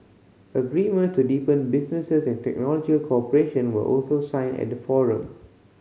agreement to deepen business and technological cooperation were also signed at the forum